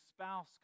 spouse